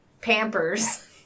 pampers